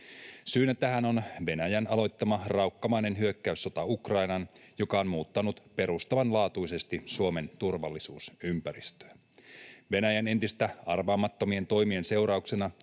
Syynä tähän on Venäjän aloittama raukkamainen hyökkäyssota Ukrainaan, joka on muuttanut perustavanlaatuisesti Suomen turvallisuusympäristöä. Venäjän entistä arvaamattomampien toimien seurauksena